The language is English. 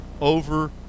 over